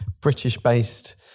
British-based